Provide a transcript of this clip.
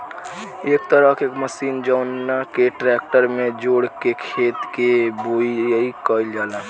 एक तरह के मशीन जवना के ट्रेक्टर में जोड़ के खेत के बोआई कईल जाला